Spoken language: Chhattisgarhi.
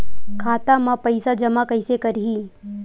खाता म पईसा जमा कइसे करही?